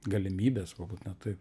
galimybes galbūt net taip